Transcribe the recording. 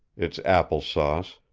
its applesauce,